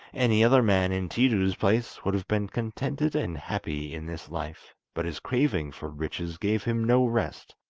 any other man in tiidu's place would have been contented and happy in this life but his craving for riches gave him no rest,